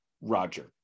Roger